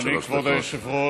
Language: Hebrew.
אדוני כבוד היושב-ראש,